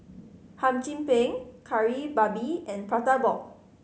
Hum Chim Peng Kari Babi and Prata Bomb